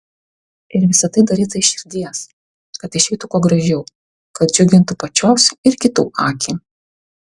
ir visa tai daryta iš širdies kad išeitų kuo gražiau kad džiugintų pačios ir kitų akį